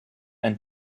and